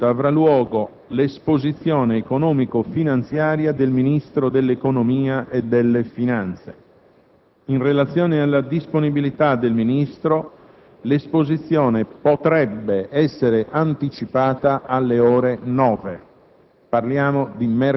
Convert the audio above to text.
Nella stessa seduta avrà anche luogo l'esposizione economico-finanziaria del Ministro dell'economia e delle finanze. In relazione alla disponibilità del Ministro l'esposizione potrebbe essere anticipata alle ore 9.